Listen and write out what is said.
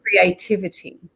creativity